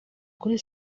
kuri